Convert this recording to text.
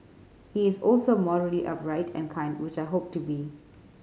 he is also morally upright and kind which I hope to be